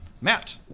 Matt